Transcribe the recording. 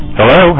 Hello